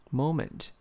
，moment